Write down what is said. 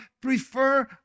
Prefer